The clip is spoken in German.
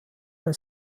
bei